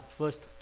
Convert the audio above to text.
first